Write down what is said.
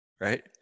Right